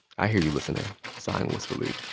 i hear you, listener, sighing wistfully.